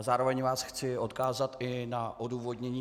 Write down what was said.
Zároveň vás chci odkázat i na odůvodnění.